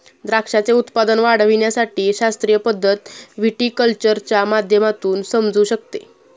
द्राक्षाचे उत्पादन वाढविण्याची शास्त्रीय पद्धत व्हिटीकल्चरच्या माध्यमातून समजू शकते